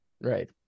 right